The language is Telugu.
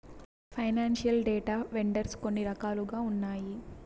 ఫైనాన్సియల్ డేటా వెండర్స్ కొన్ని రకాలుగా ఉన్నాయి